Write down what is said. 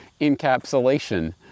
encapsulation